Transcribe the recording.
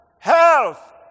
health